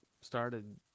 started